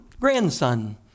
grandson